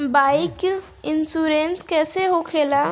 Bike insurance कैसे होखे ला?